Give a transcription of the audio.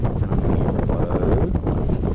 and i'm gonna use roboto light.